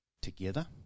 together